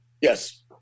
Yes